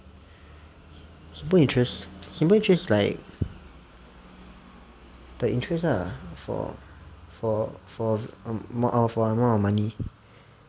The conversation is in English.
simple interest simple interest is like the interest lah for for for am~ for amount of money